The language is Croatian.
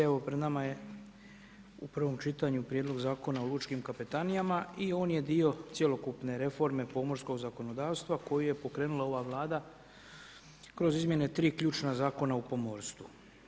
Evo pred nama je u prvom čitanju prijedlog Zakona o lučkim kapetanijama i on je dio cjelokupne reforme pomorskog zakonodavstva koji je pokrenula ova Vlada kroz izmjene tri ključna zakona o pomorstvu.